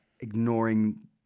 ignoring